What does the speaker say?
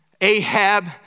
Ahab